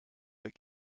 but